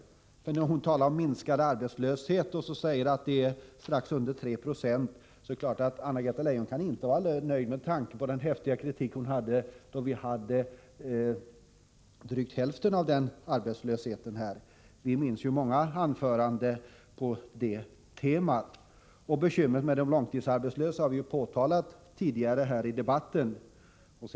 Anna-Greta Leijon talar visserligen om en minskad arbetslöshet och säger att arbetslösheten ligger strax under 3 96, men det är klart att arbetsmarknadsministern inte kan vara nöjd med tanke på den häftiga kritik hon själv förde fram när arbetslösheten var bara knappt hälften så hög. Många av hennes anföranden från den tiden hade just detta tema. Bekymren med de långtidsarbetslösa har påtalats tidigare i debatten.